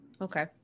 Okay